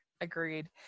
Agreed